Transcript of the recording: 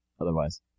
otherwise